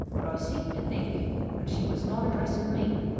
but i seemed to think that she was not addressing me.